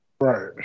right